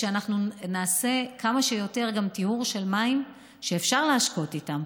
ושנעשה כמה שיותר טיהור של מים שאפשר להשקות איתם,